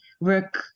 work